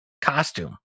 costume